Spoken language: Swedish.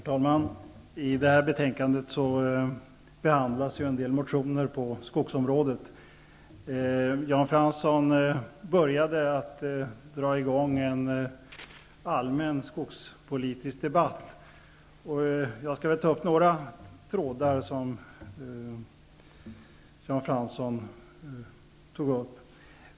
Herr talman! I detta betänkande behandlas en del motioner på skogsområdet. Jan Fransson satte i gång en allmän skogspolitisk debatt, och jag skall väl ta upp några av hans trådar.